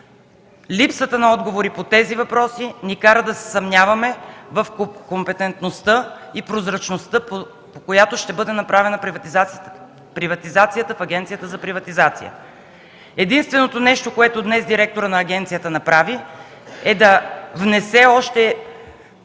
Липсата на отговори по тези въпроси ни кара да се съмняваме в компетентността и прозрачността, по която ще бъде направена приватизацията в Агенцията за приватизация. Единственото нещо, което днес директорът на агенцията направи, е да внесе още